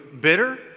bitter